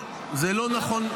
כמו חוק הלאום.